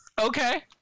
Okay